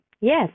yes